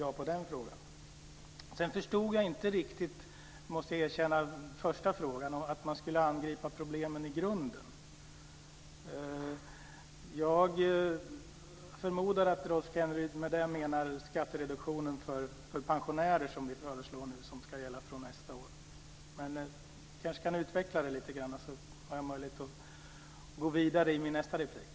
Jag måste erkänna att jag inte riktigt förstod den första frågan om att angripa problemen i grunden. Jag förmodar att Rolf Kenneryd med det menar den föreslagna skattereduktionen för pensionärer som ska gälla från nästa år. Rolf Kenneryd kanske kan utveckla frågan så att jag kan gå vidare i min nästa replik.